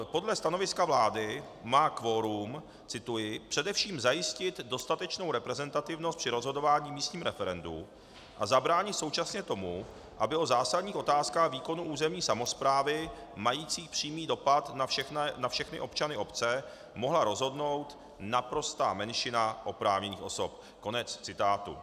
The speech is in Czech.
Podle stanoviska vlády má kvorum cituji především zajistit dostatečnou reprezentativnost při rozhodování v místním referendu a zabránit současně tomu, aby o zásadních otázkách výkonu územní samosprávy majících přímý dopad na všechny občany obce mohla rozhodnout naprostá menšina oprávněných osob konec citátu.